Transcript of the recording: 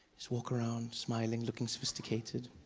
just walk around, smiling, looking sophisticated.